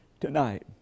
tonight